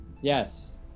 Yes